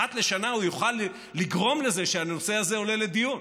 אחת לשנה הוא יוכל לגרום לזה שהנושא הזה עולה לדיון.